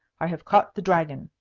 i have caught the dragon.